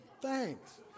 Thanks